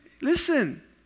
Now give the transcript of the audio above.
Listen